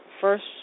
first